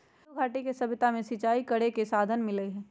सिंधुघाटी के सभ्यता में सिंचाई करे के साधन मिललई ह